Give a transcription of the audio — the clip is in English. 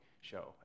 show